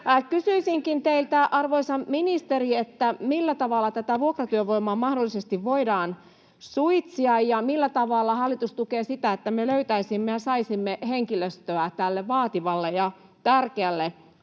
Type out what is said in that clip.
Kysyisinkin teiltä, arvoisa ministeri: millä tavalla tätä vuokratyövoimaa mahdollisesti voidaan suitsia, ja millä tavalla hallitus tukee sitä, että me löytäisimme ja saisimme henkilöstöä tälle vaativalle ja tärkeälle alalle?